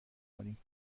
کنیم